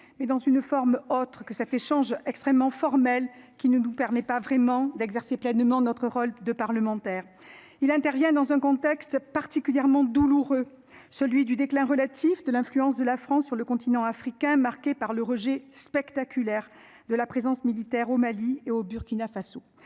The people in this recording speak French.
mais dans une forme autre que ça fait change extrêmement formelle qui ne nous permet pas vraiment d'exercer pleinement notre rôle de parlementaire. Il intervient dans un contexte particulièrement douloureux, celui du déclin relatif de l'influence de la France sur le continent africain, marqué par le rejet spectaculaire de la présence militaire au Mali et au Burkina Faso.